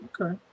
okay